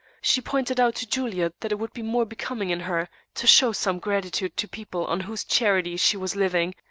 she pointed out to juliet that it would be more becoming in her to show some gratitude to people on whose charity she was living,